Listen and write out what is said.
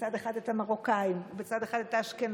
בצד אחד את המרוקאים ובצד אחד את האשכנזים.